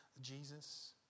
Jesus